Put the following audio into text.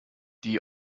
die